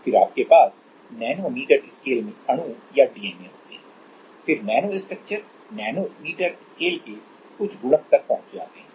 फिर आपके पास नैनोमीटर स्केल में अणु या डीएनए होते हैं फिर नैनोस्ट्रक्चर नैनोमीटर स्केल के कुछ गुणक तक पहुंच जाते हैं